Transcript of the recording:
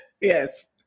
Yes